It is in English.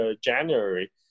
January